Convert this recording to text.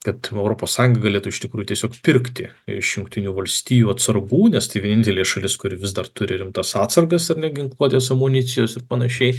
kad europos sąjunga galėtų iš tikrųjų tiesiog pirkti iš jungtinių valstijų atsargų nes tai vienintelė šalis kuri vis dar turi rimtas atsargas ar ginkluotės amunicijos ir panašiai